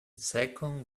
second